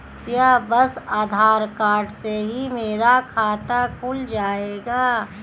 क्या बस आधार कार्ड से ही मेरा खाता खुल जाएगा?